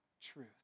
truth